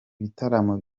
bitaramo